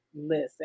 Listen